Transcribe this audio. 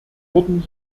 wurden